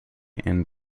and